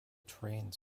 trains